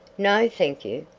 no, thank you,